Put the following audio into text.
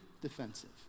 defensive